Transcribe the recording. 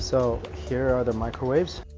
so here are the microwaves